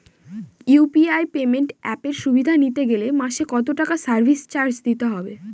UPI payment অ্যাপের সুবিধা নিতে গেলে মাসে কত টাকা সার্ভিস চার্জ দিতে হবে?